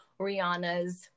Rihanna's